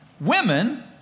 Women